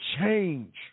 change